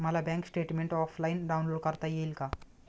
मला bank statement offline download करता येईल का?